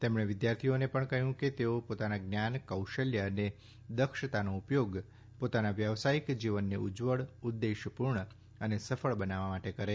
તેમણે વિદ્યાર્થીઓને પણ કહ્યુ છે કે તેઓ પોતાના જ્ઞાન કૌશલય અને દક્ષતાનો ઉપયોગ પોતાના વ્યવસાયિક જીવનને ઉજ્જવળ ઉદયેશપૂર્ણ અને સફળ બનાવવા માટે કરે